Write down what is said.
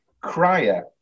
Crier